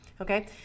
Okay